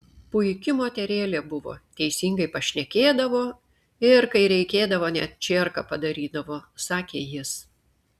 puiki moterėlė buvo teisingai pašnekėdavo ir kai reikėdavo net čierką padarydavo sakė jis